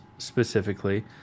specifically